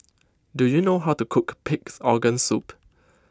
do you know how to cook Pig's Organ Soup